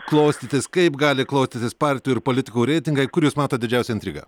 klostytis kaip gali klostytis partijų ir politikų reitingai kur jūs matot didžiausią intrigą